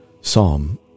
Psalm